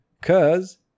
Cause